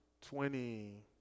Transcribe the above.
twenty